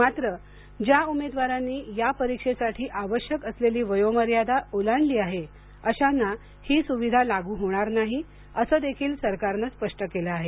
मात्र ज्या उमेदवारांनी या परीक्षेसाठी आवश्यक असलेली वयोमार्यादा ओलांडली आहे अशांना ही सुविधा लागू होणार नाही असं देखील सरकारने स्पष्ट केल आहे